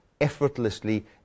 effortlessly